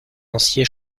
ancien